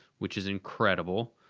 which is incredible.